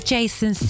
Jason